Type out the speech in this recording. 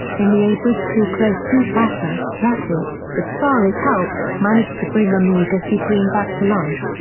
in the a bridge too close two-parter, ratchet, with sari's help, managed to bring omega supreme back to life,